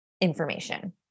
information